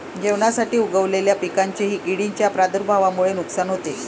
जेवणासाठी उगवलेल्या पिकांचेही किडींच्या प्रादुर्भावामुळे नुकसान होते